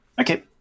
Okay